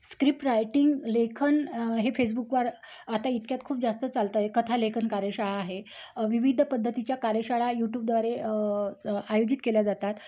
script writing लेखन हे फेसबुकवर आता इतक्यात खूप जास्त चालतं आहे कथा लेखन कार्यशाळा आहे विविध पद्धतीच्या कार्यशाळा यूटूबद्वारे आयोजित केल्या जातात